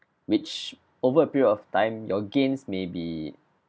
which over a period of time your gains may be